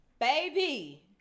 Baby